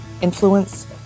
influence